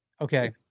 Okay